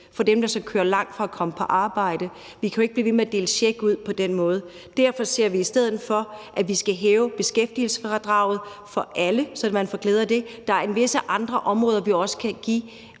til dem, der kører langt for at komme på arbejde? Vi kan jo ikke blive ved med at dele check ud på den måde. Derfor siger vi, at vi i stedet for skal hæve beskæftigelsesfradraget for alle, så man får glæde af det. Der er visse andre områder, hvorpå vi også kan give